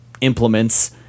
implements